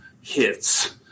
hits